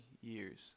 years